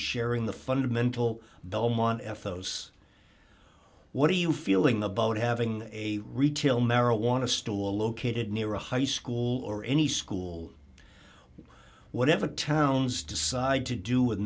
sharing the fundamental belmont f o s what are you feeling about having a retail marijuana store will located near a high school or any school whatever towns decide to do with